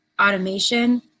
automation